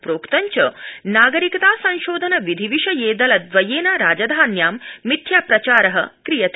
प्रोक्तं च नागरिकता संशोधन विधि विषये दलद्वयेन राजधान्यां मिथ्याप्रचार क्रियते